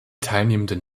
teilnehmenden